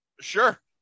Sure